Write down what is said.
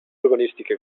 urbanística